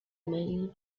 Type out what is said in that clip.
mode